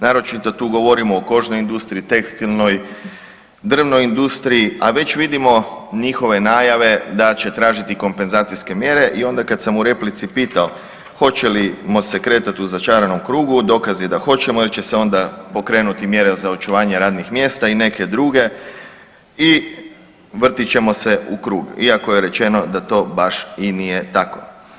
Naročito tu govorimo o kožnoj industriji, tekstilnoj, drvnoj industriji, a već vidimo njihove najave da će tražiti kompenzacijske mjere i onda kad sam u replici pitao hoćemo li se kretati u začaranom krugu, dokaz je da hoćemo jer će se onda pokrenuti mjere za očuvanje radnih mjesta i neke druge i vrtit ćemo u krug, iako je rečeno da to baš i nije tako.